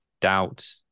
doubt